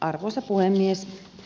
arvoisa puhemies